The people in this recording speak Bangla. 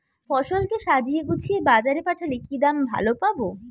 ফসল কে সাজিয়ে গুছিয়ে বাজারে পাঠালে কি দাম ভালো পাব?